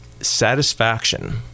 satisfaction